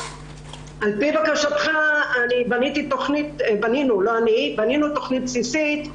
על פי בקשתך, בנינו תוכנית בסיסית,